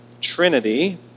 Trinity